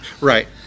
Right